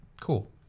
cool